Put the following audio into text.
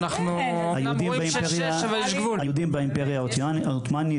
בעיקר ביהודים באימפריה העות'מאנית;